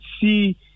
see